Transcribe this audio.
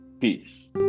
peace